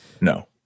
No